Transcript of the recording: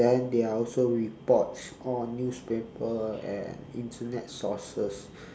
then there are also reports on newspaper and internet sources